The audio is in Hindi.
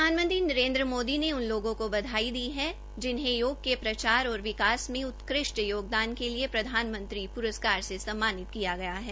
प्रधानमंत्री नरेन्द्र मोदी ने उन लोगों को बधाई दी है जिन्हें योग के प्रचार और विकास में उत्कृष्ट योगदान के लिए प्रधानमंत्री पुरस्कार से सम्मानित किया गया है